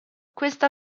questa